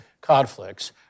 conflicts